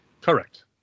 Correct